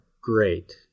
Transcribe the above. great